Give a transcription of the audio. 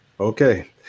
Okay